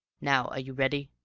now, are you ready?